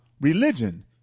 religion